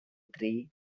three